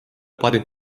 parim